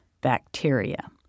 bacteria